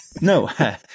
No